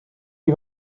die